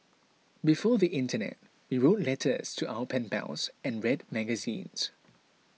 before the internet we wrote letters to our pen pals and read magazines